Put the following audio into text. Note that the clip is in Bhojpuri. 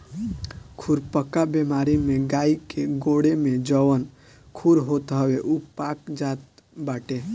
खुरपका बेमारी में गाई के गोड़े में जवन खुर होत हवे उ पाक जात बाटे